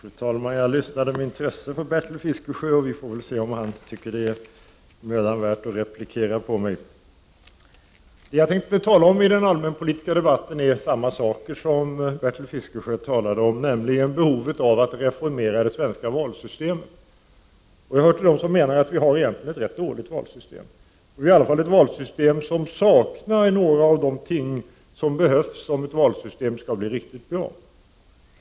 Fru talman! Jag lyssnade med intresse på Bertil Fiskesjö. Vi får väl se om han finner det mödan värt att replikera på mitt anförande. Jag hade i den allmänpolitiska debatten tänkt tala om samma sak som Bertil Fiskesjö, nämligen behovet av att reformera det svenska valsystemet. Jag hör till dem som menar att vi har ett rätt dåligt valsystem, i varje fall ett valsystem som saknar några av de inslag som behövs om det skall vara riktigt bra.